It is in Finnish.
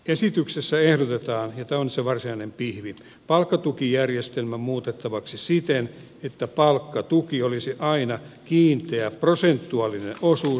esityksessä ehdotetaan ja tämä on nyt se varsinainen pihvi palkkatukijärjestelmää muutettavaksi siten että palkkatuki olisi aina kiinteä prosentuaalinen osuus